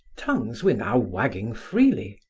tongues were now wagging freely.